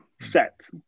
set